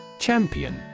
Champion